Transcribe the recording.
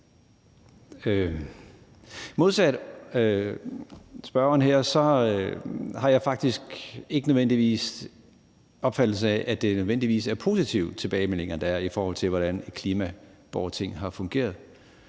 Modsat spørgeren her har jeg faktisk ikke nødvendigvis opfattelsen af, at det er positive tilbagemeldinger, der er, i forhold til hvordan klimaborgertinget har fungeret.